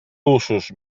usos